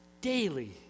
daily